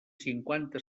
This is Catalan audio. cinquanta